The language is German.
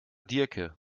diercke